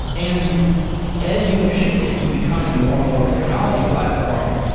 and as you've shifted to becoming more and more of a technology platform,